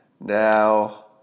Now